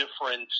different